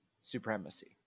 supremacy